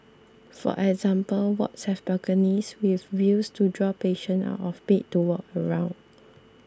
for example wards have balconies with views to draw patients out of bed to walk around